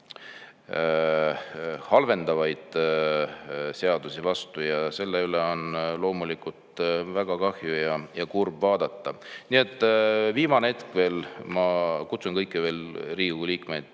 halvendavaid seadusi vastu. Selle üle on loomulikult väga kahju ja kurb on vaadata. Nii et viimane hetk veel, ma kutsun kõiki Riigikogu liikmeid